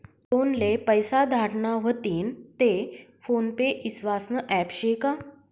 कोनले पैसा धाडना व्हतीन ते फोन पे ईस्वासनं ॲप शे का?